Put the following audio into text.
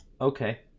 okay